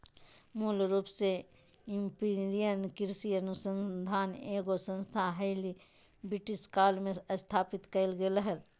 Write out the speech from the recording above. मूल रूप से इंपीरियल कृषि अनुसंधान एगो संस्थान हलई, ब्रिटिश काल मे स्थापित कैल गेलै हल